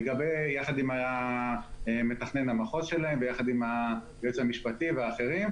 יחד עם מתכנן המחוז שלהם ויחד עם היועץ המשפטי ואחרים,